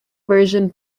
version